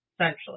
essentially